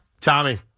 Tommy